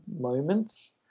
moments